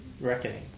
Reckoning